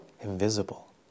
invisible